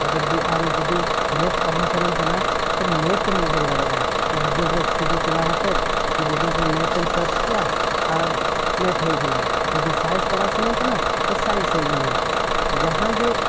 ᱟᱜᱟᱨ ᱟᱢ ᱡᱩᱫᱤ ᱢᱮᱛ ᱯᱟᱲᱦᱟᱣ ᱥᱟᱱᱟᱢ ᱠᱟᱱᱟ ᱛᱚ ᱢᱮᱛ ᱮᱢ ᱩᱰᱩᱠ ᱫᱟᱲᱮᱭᱟᱜᱼᱟ ᱜᱩᱜᱳᱞ ᱨᱮ ᱥᱤᱫᱷᱟᱹ ᱪᱟᱞᱟᱣ ᱠᱟᱛᱮᱫ ᱜᱩᱜᱳᱞ ᱨᱮ ᱢᱮᱛ ᱮᱢ ᱥᱟᱨᱪ ᱠᱮᱜᱼᱟ ᱟᱨ ᱢᱮᱛ ᱦᱮᱡ ᱮᱱᱟ ᱡᱩᱫᱤ ᱥᱟᱭᱮᱱᱥ ᱯᱟᱲᱦᱟᱣ ᱥᱟᱱᱟᱢ ᱠᱟᱱᱟ ᱛᱚ ᱥᱟᱭᱮᱱᱥ ᱦᱮᱡ ᱮᱱᱟ ᱡᱟᱦᱟᱸ ᱜᱮ